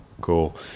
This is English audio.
cool